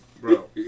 bro